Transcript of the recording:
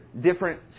different